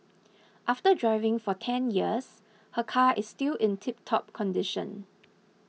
after driving for ten years her car is still in tiptop condition